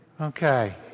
Okay